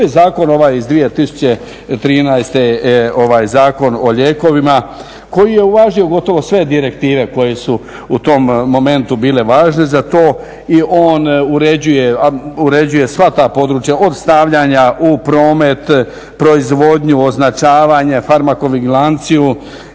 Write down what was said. tu je zakon ovaj iz 2013. Zakon o lijekovima koji je uvažio gotovo sve direktive koje su u tom momentu bile važne za to i on uređuje sva ta područja od stavljanja u promet, proizvodnju, označavanje, farmakovigilanciju,